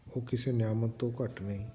ਉਹ ਕਿਸੇ ਨਿਆਮਤ ਤੋਂ ਘੱਟ ਨਹੀਂ